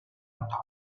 top